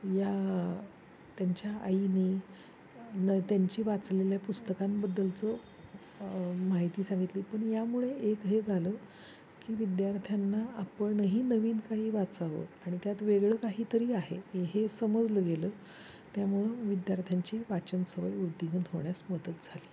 या त्यांच्या आईनी न त्यांची वाचलेल्या पुस्तकांबद्दलचं माहिती सांगितली पण यामुळे एक हे झालं की विद्यार्थ्यांना आपणही नवीन काही वाचावं आणि त्यात वेगळं काहीतरी आहे हे समजलं गेलं त्यामुळं विद्यार्थ्यांची वाचन सवय वृद्धिंगत होण्यास मदत झाली